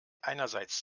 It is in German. einerseits